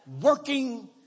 working